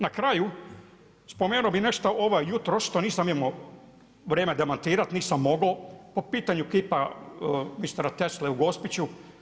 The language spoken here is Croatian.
Na kraju, spomenuo bi nešto jutros, što nisam imao vrijeme demantirati, nisam mogao, po pitanju kipa mistera Tesla u Gospiću.